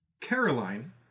Caroline